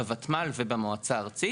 בותמ"ל ובמועצה הארצית.